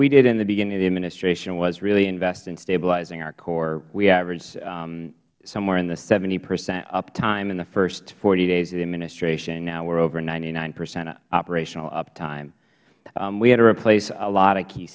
we did in the beginning of the administration was really invest in stabilizing our core we averaged somewhere in the seventy percent uptime in the first forty days of the administration now we are over ninety nine percent operational uptime we had to replace a lot of key